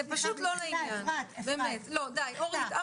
זה פשוט לא לעניין, די אורית.